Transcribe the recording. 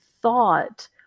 thought